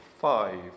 five